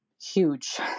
huge